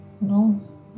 No